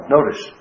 Notice